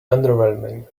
underwhelming